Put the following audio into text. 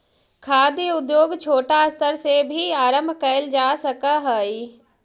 खाद्य उद्योग छोटा स्तर से भी आरंभ कैल जा सक हइ